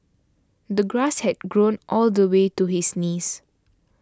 the grass had grown all the way to his knees